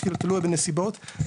תלוי בנסיבות,